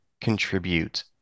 contribute